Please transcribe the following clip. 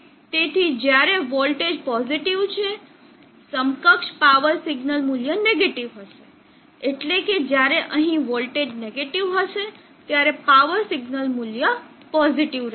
તેથી જ્યારે voltage positive છે સમકક્ષ પાવર સિગ્નલ મૂલ્ય નેગેટીવ હશે એટલે કે જ્યારે અહીં વોલ્ટેજ નેગેટીવ હશે ત્યારે પાવર સિગ્નલ મૂલ્ય પોઝિટીવ રહેશે